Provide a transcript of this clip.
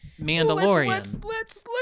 Mandalorian